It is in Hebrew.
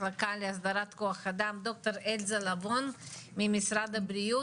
מחלקה להסדרת כוח אדם דוקטור אלזה לבון ממשרד הבריאות,